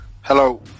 Hello